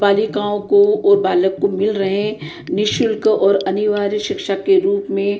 बालिकाओं को और बालक को मिल रहे हैं निःशुल्क और अनिवार्य शिक्षा के रूप में